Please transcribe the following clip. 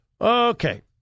Okay